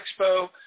Expo